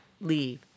leave